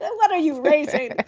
ah what are you basing?